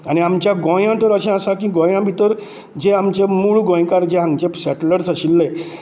आनी आमच्या गोंयांत तर अशें आसा की गोंयां भितर जे आमचे मूळ गोंयकार जे हांगचे सॅटलर्स आशिल्ले